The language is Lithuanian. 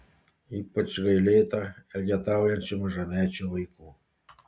ypač gailėta elgetaujančių mažamečių vaikų